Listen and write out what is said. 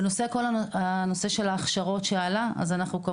בנוגע הנושא של ההכשרות שעלה: אנחנו מצמצמים,